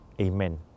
Amen